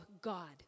God